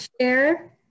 share